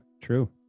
true